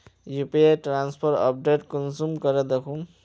UPI transfer update कुंसम करे दखुम?